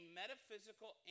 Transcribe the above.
metaphysical